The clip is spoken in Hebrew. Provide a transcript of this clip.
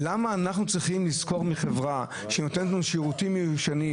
איך שהוא אפשר היה לעבוד,